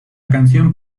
canción